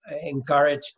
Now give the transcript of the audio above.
encourage